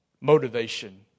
motivation